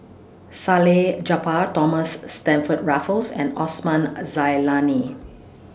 Salleh Japar Thomas Stamford Raffles and Osman A Zailani